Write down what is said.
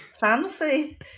Fancy